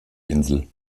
insel